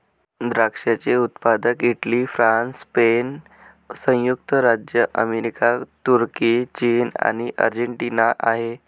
द्राक्षाचे उत्पादक Italy, France, Spain, संयुक्त राज्य अमेरिका, तुर्की, चीन आणि अर्जेंटिना आहे